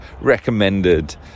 recommended